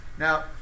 Now